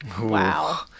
Wow